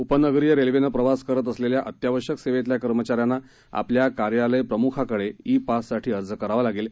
उपनगरीय रेल्वेनं प्रवास करत असलेल्या अत्यावश्यक सेवेतल्या कर्मचाऱ्यांना आपल्या कार्यालय प्रम्खाकडे ई पाससाठी अर्ज करावा लागेल